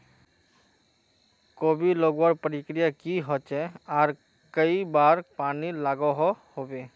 कोबी लगवार प्रक्रिया की की होचे आर कई बार पानी लागोहो होबे?